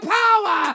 power